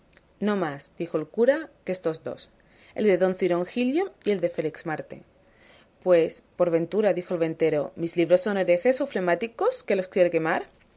no más dijo el cura que estos dos el de don cirongilio y el de felixmarte pues por ventura dijo el ventero mis libros son herejes o flemáticos que los quiere quemar